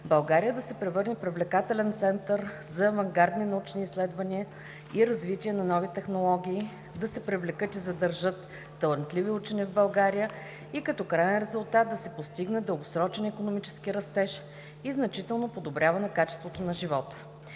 България да се превърне в привлекателен център за авангардни научни изследвания и развитие на нови технологии, да се привлекат и задържат талантливи учени в България и като краен резултат да се постигне дългосрочен икономически растеж и значително подобряване качеството на живота.